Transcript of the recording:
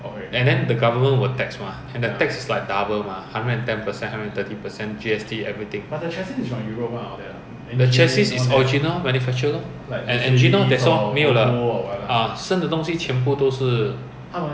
tour bus ya R_M_G ya then after that before I left I I design and build [one] lor I for the first time they always buy scania last time was volvo then err for the first time I managed to convince bosses to take man truck